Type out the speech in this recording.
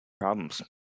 problems